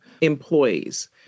employees